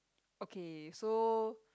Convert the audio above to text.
okay so